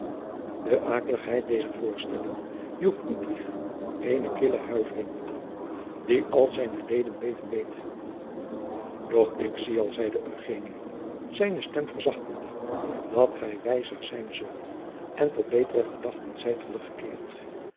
de akeligheid dezer voorstelling joeg ludwig eene kille huivering aan die al zijne leden beven deed doch ik zie al zeide eugenio zijne stem verzachtende dat gij wijzer zijn zult en tot betere gedachten zijt